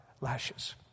lashes